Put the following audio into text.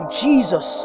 jesus